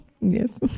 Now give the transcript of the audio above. Yes